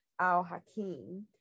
al-Hakim